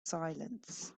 silence